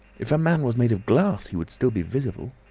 if a man was made of glass he would still be visible.